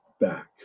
back